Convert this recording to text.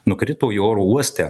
nukrito į oro uoste